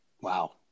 Wow